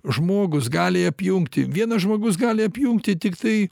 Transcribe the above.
žmogus gali apjungti vienas žmogus gali apjungti tiktai